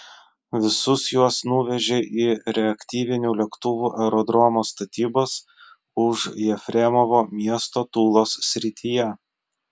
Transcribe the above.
visus juos nuvežė į reaktyvinių lėktuvų aerodromo statybas už jefremovo miesto tulos srityje